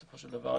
בסופו של דבר.